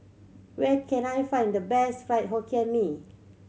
where can I find the best Fried Hokkien Mee